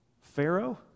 Pharaoh